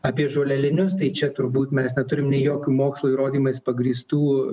apie žolelinius tai čia turbūt mes neturim nei jokių mokslo įrodymais pagrįstų